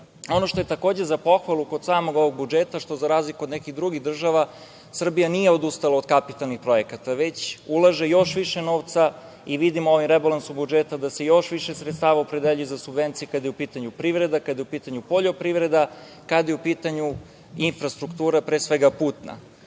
što je, takođe, za pohvalu kod samog ovog budžeta jeste što, za razliku od nekih drugih država, Srbija nije odustala od kapitalnih projekata, već ulaže još više novca. Vidimo ovim rebalansom budžeta da se još više sredstava opredeljuje za subvencije, kada je u pitanju privreda, kada je u pitanju poljoprivreda, kada je u pitanju infrastruktura, pre svega putna.